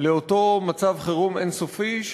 לאותו מצב חירום אין-סופי,